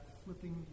flipping